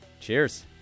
Cheers